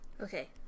Okay